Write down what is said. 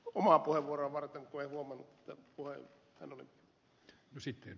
omaa puhevuoroa varten ja juoman ohella hän oli jo ed